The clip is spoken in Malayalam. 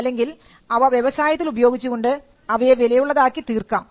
അല്ലെങ്കിൽ അവ വ്യവസായത്തിൽ ഉപയോഗിച്ചുകൊണ്ട് അവയെ വിലയുള്ളതാക്കി തീർക്കാം